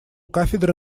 кафедры